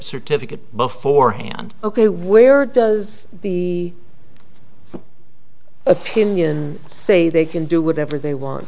certificate beforehand ok where does the opinion say they can do whatever they want